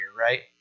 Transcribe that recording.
right